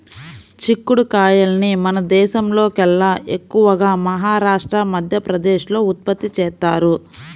చిక్కుడు కాయల్ని మన దేశంలోకెల్లా ఎక్కువగా మహారాష్ట్ర, మధ్యప్రదేశ్ లో ఉత్పత్తి చేత్తారు